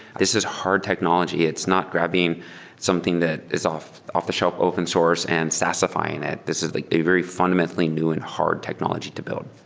this is hard technology. it's not grabbing something that is off-the-shelf open source and saasfying it. this is a very fundamentally new and hard technology to build.